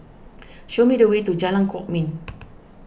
show me the way to Jalan Kwok Min